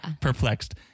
perplexed